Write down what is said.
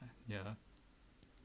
ya